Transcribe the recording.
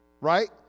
right